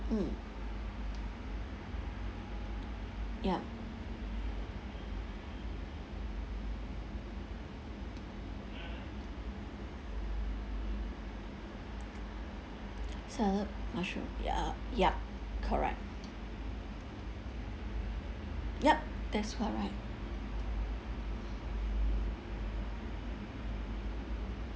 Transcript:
mm ya salad mushroom ya uh yup correct yup that's correct